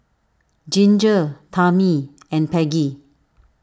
Ginger Tami and Peggie